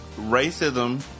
racism